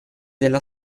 della